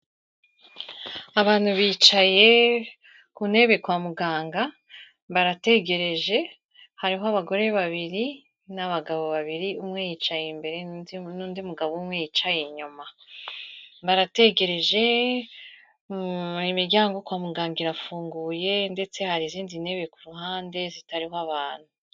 Abantu bicaye ku ntebe kwa muganga, barategereje, hariho abagore babiri, n'abagabo babiri, umwe yicaye imbere n'undi mugabo umwe yicaye inyuma. Barategereje, imiryango yo kwa muganga irafunguye ndetse hari n'izindi ntebe ku ruhande zitariho abantu.